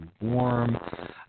warm